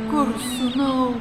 kur sūnau